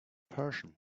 person